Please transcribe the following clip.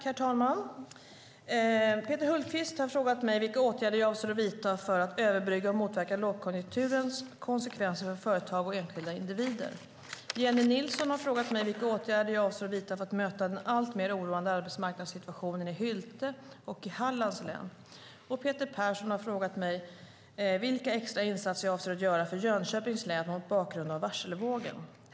Herr talman! Peter Hultqvist har frågat mig vilka åtgärder jag avser att vidta för att överbrygga och motverka lågkonjunkturens konsekvenser för företag och enskilda individer. Jennie Nilsson har frågat mig vilka åtgärder jag avser att vidta för att möta den alltmer oroande arbetsmarknadssituationen i Hylte och i Hallands län. Peter Persson har frågat mig vilka extra insatser jag avser att göra för Jönköpings län mot bakgrund av varselvågen.